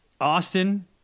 Austin